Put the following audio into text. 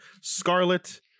Scarlet